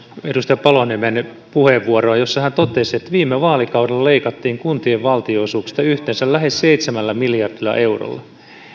edustaja paloniemen puheenvuoroon jossa hän totesi että viime vaalikaudella leikattiin kuntien valtionosuuksista yhteensä lähes seitsemällä miljardilla eurolla